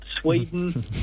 Sweden